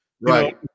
Right